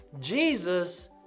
Jesus